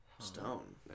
Stone